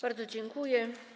Bardzo dziękuję.